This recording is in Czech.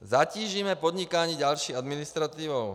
Zatížíme podnikání další administrativou.